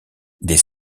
des